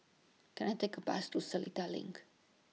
Can I Take A Bus to Seletar LINK